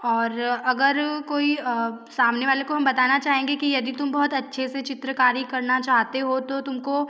और अगर कोई सामने वाले को हम बताना चाहेंगे कि यदि तुम बहुत अच्छे से चित्रकारी करना चाहते हो तो तुम को